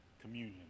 Communion